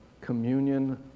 communion